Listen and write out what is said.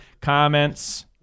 comments